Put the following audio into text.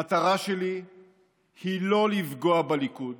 המטרה שלי היא לא לפגוע בליכוד